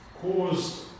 caused